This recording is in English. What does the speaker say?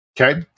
Okay